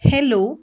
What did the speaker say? Hello